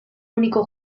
único